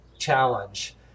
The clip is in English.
challenge